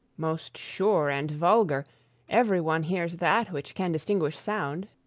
most sure and vulgar every one hears that which can distinguish sound.